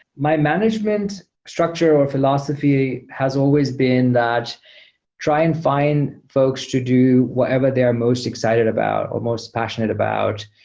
my management structure or philosophy has always been that try and find folks to do whatever they are most excited about or most passionate about.